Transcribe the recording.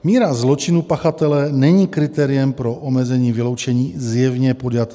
Míra zločinu pachatele není kritériem pro omezení vyloučení zjevně podjatého.